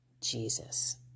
Jesus